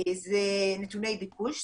זה נתוני ביקוש,